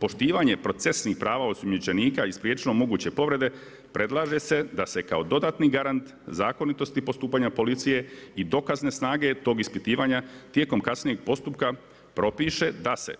poštivanje procesnih prava osumnjičenika i spriječilo moguće povrede, predlaže se da se kao dodatni garant zakonitosti postupanja policije i dokazne snage tog ispitivanja tijekom kasnijeg postupka propiše da se